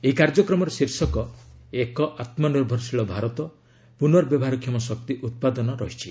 ଏହି କାର୍ଯ୍ୟକ୍ରମର ଶୀର୍ଷକ ଏକ ଆତ୍ମନିର୍ଭରଶୀଳ ଭାରତ ପୁର୍ନବ୍ୟବହାରକ୍ଷମ ଶକ୍ତି ଉତ୍ପାଦନ ରହିଛି